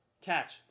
catch